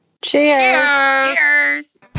Cheers